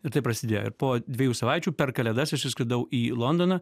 ir taip prasidėjo ir po dviejų savaičių per kalėdas aš išskridau į londoną